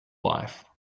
life